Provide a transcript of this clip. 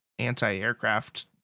anti-aircraft